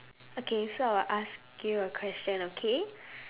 okay so I will ask you a question okay